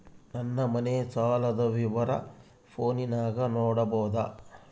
ನನ್ನ ಮನೆ ಸಾಲದ ವಿವರ ಫೋನಿನಾಗ ನೋಡಬೊದ?